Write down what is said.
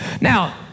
Now